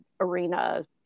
arena